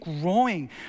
growing